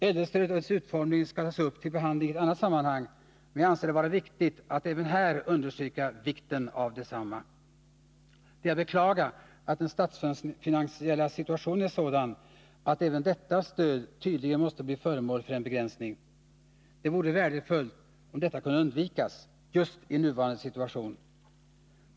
Äldrestödet och dess utformning skall tas upp till behandling i ett annat sammanhang, men jag anser det vara viktigt att även här understryka vikten av detsamma. Det är att beklaga att den sta nansiella situationen är sådan att även detta stöd tydligen måste bli föremål för en begränsning. Det vore värdefullt om detta kunde undvikas just i nuvarande situation.